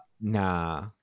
Nah